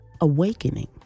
Awakening